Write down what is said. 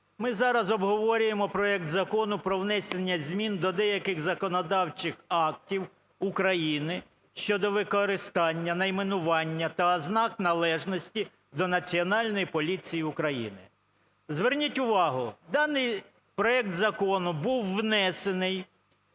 Ми зараз обговорюємо проект Закону про внесення змін до деяких законодавчих актів України щодо використання найменування та ознак належності до Національної поліції України. Зверніть увагу, даний проект закону був внесений